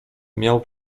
miał